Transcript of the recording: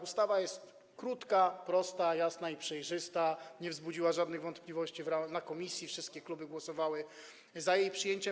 Ustawa jest krótka, prosta, jasna i przejrzysta, nie wzbudziła żadnych wątpliwości w komisji, wszystkie kluby głosowały za jej przyjęciem.